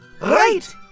Right